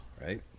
Right